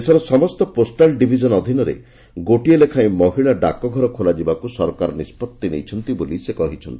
ଦେଶର ସମସ୍ତ postal division ଅଧୀନରେ ଗୋଟିଏ ଲେଖାଏଁ ମହିଳା ଡାକଘର ଖୋଲାଯିବାକୁ ସରକାର ନିଷ୍ଟଉି ନେଇଛନ୍ତି ବୋଲି ସେ କହିଛନ୍ତି